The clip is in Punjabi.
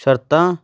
ਸ਼ਰਤਾਂ